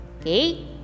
okay